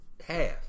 Half